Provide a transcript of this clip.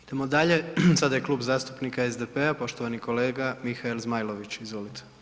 Idemo dalje, sada je Klub zastupnika SDP-a, poštovani kolega Mihael Zmajlović, izvolite.